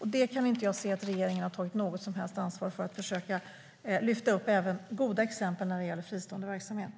Jag kan inte se att regeringen har tagit något som helst ansvar för att försöka lyfta fram även goda exempel när det gäller fristående verksamhet.